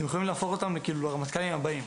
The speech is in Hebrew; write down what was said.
הם יכולים להפוך לרמטכ"לים הבאים.